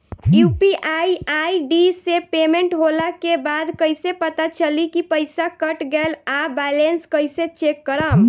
UPI ID से payment होला के बाद कइसे पता चली की पईसा कट गएल आ बैलेंस कइसे चेक करम?